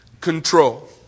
control